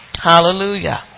Hallelujah